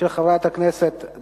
הרווחה והבריאות נתקבלה.